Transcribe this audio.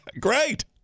Great